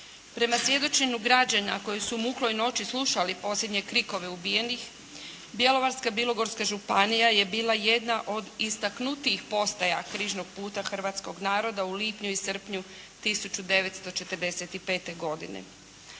Prema svjedočenju građana koji su u mukloj noći slušali posljednje krikove ubijenih Bjelovarsko-bilogorska županija je bila jedna od istaknutijih postaja Križnog puta hrvatskog naroda u lipnju i srpnju 1945. godine.